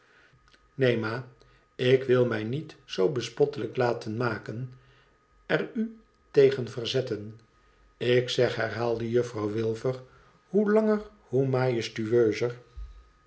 ineen ma de wü mij niet zoo bespottelijk laten maken ru tegen verzetten ik zeg herhaalde juffrouw wilfer hoe langer zoo majestueuser